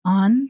on